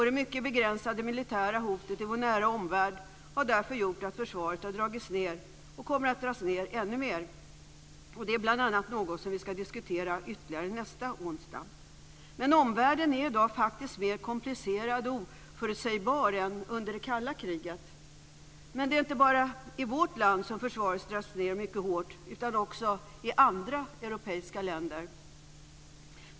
Det mycket begränsade militära hotet i vår nära omvärld har därför gjort att försvaret har dragits ned och kommer att dras ned ännu mer. Det är bl.a. något vi ska diskutera ytterligare nästa onsdag. Men omvärlden är i dag faktiskt mer komplicerad och oförutsägbar än under det kalla kriget. Det är inte bara i vårt land som försvaret dras ned mycket hårt utan också i andra europeiska länder.